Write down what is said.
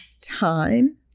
time